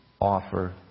offer